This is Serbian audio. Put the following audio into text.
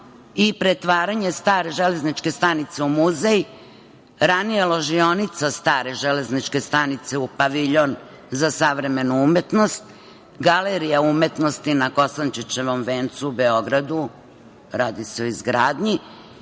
i pretvaranje stare Železničke stanice u muzej, ranije ložionica stare železničke stanice u paviljon za savremenu umetnost; Galerija umetnosti na Kosančićevom vencu u Beogradu, radi se o izgradnji